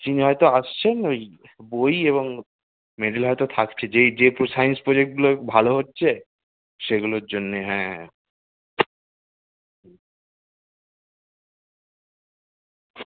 তিনি হয়তো আসছেন ওই বই এবং মেডেল হয়তো থাকছে যে যেই যে পো সাইন্স প্রজেক্টগুলো ভালো হচ্ছে সেগুলোর জন্যে হ্যাঁ